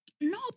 No